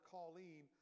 Colleen